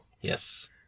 Yes